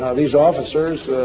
these officers,